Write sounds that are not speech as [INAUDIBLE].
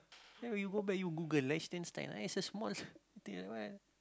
then you go back you Google Liechtenstein uh it's a small [NOISE]